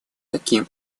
таким